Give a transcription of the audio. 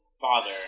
Father